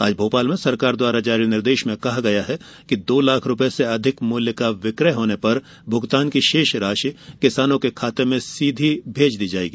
आज भोपाल में सरकार द्वारा जारी निर्देश में कहा गया कि दो लाख रुपये से अधिक मूल्य का विक्रय होने पर भुगतान की शेष राशि किसानों के खाते में सीधे भेज दी जायेगी